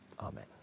Amen